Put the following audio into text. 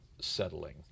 settling